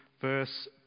verse